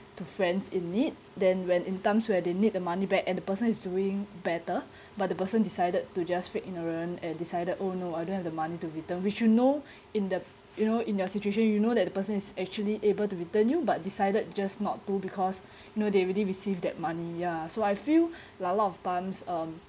to friends in need then when in times where they need the money back at the person is doing better but the person decided to just fake ignorant and decided oh no I don't have the money to return which you know in the you know in your situation you know that the person is actually able to return you but decided just not to because know they already receive that money ya so I feel like a lot of times um